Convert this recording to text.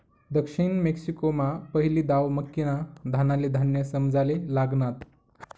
दक्षिण मेक्सिकोमा पहिली दाव मक्कीना दानाले धान्य समजाले लागनात